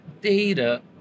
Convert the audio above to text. data